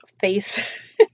face